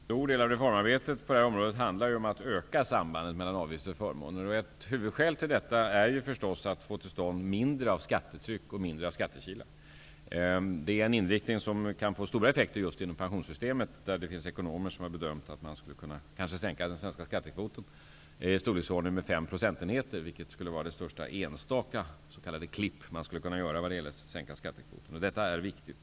Fru talman! En stor del av reformarbetet på detta område går ut på att öka sambandet mellan avgifter och förmåner. Ett huvudskäl för detta är förstås att få till stånd ett mindre skattetryck och mindre skattekilar. Detta är en inriktning som kan få stora effekter just inom pensionssystemet. Ekonomer har bedömt att det skulle gå att sänka den svenska skattekvoten i storleksordningen fem procentenheter, vilket vore det största enstaka s.k. klipp som man skulle kunna göra i det fallet. Detta är viktigt.